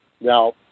Now